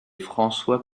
françois